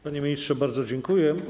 Panie ministrze, bardzo dziękuję.